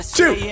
two